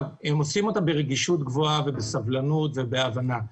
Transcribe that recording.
הם עושים אותה ברגישות גבוהה ובסבלנות ובהבנה.